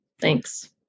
Thanks